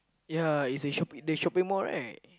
ya is a shop the shopping mall right